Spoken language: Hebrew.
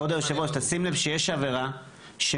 כבוד היושב ראש תשים לב שיש עבירה שמתייחסת